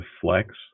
flex